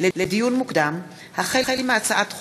הצעת חוק